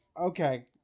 okay